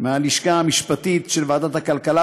מהלשכה המשפטית של ועדת הכלכלה,